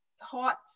hot